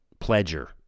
Pledger